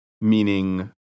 meaning